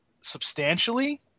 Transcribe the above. substantially